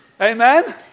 Amen